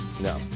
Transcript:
no